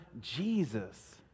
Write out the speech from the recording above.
Jesus